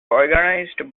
organised